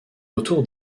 autour